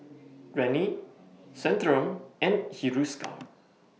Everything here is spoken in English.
Rene Centrum and Hiruscar